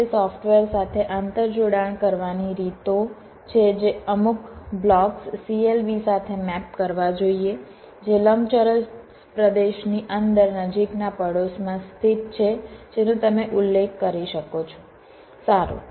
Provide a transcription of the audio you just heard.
FPGA software સાથે આંતરજોડાણ કરવાની રીતો છે કે અમુક બ્લોક્સ CLB સાથે મેપ કરવા જોઈએ જે લંબચોરસ પ્રદેશની અંદર નજીકના પડોશમાં સ્થિત છે જેનો તમે ઉલ્લેખ કરી શકો છો સારું